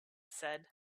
said